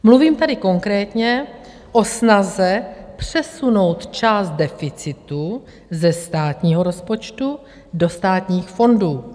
Mluvím tady konkrétně o snaze přesunout část deficitu ze státního rozpočtu do státních fondů.